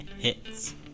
hits